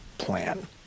plan